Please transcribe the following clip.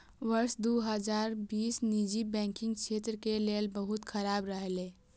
वर्ष दू हजार बीस निजी बैंकिंग क्षेत्र के लेल बहुत खराब रहलै